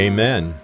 Amen